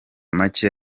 make